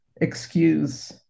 excuse